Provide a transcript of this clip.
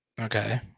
Okay